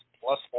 plus